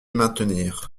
maintenir